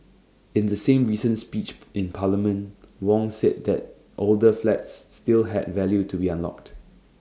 in the same recent speech in parliament Wong said that older flats still had value to be unlocked